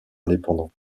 indépendant